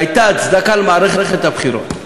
שהייתה הצדקה למערכת הבחירות.